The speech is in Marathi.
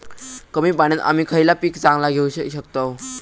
कमी पाण्यात आम्ही खयला पीक चांगला घेव शकताव?